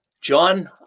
John